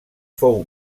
fou